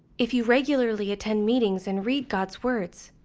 if you regularly attend meetings and read god's words,